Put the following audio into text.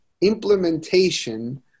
implementation